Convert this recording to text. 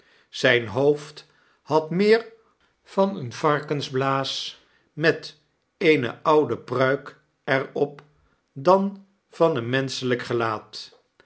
zgn hoofd had meer van een varkensblaas met eene oude pruik er op dan van een menschelgk gelaat